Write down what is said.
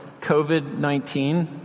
COVID-19